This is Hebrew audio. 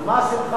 על מה השמחה?